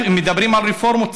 מדברים על רפורמות.